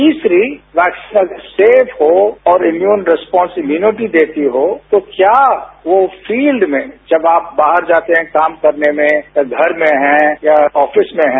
तीसरी vaccine safe हो और और इम्यून रैस्पॉस इम्यूनिटी देती हो तो क्या वो फील्ड में जब आप बाहर जाते हैं काम करने में या घर में हैं या ऑफिस में हैं